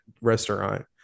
restaurant